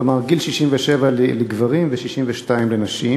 כלומר גיל 67 לגברים ו-62 לנשים,